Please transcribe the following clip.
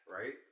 right